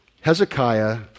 Hezekiah